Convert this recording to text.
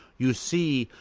you see,